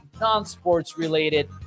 non-sports-related